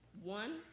One